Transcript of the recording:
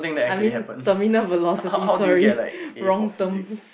I mean terminal velocity sorry wrong terms